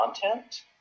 content